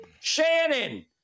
Shannon